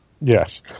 Yes